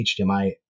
HDMI